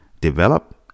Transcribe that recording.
develop